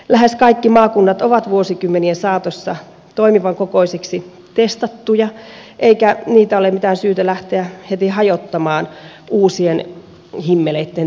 lähes kaikki maakunnat ovat vuosikymmenien saatossa toimivan kokoisiksi testattuja eikä niitä ole mitään syytä lähteä heti hajottamaan uusien himmeleitten tieltä